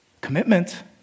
Commitment